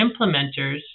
implementers